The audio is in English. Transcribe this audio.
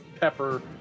pepper